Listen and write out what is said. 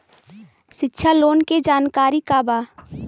शिक्षा लोन के जानकारी का बा?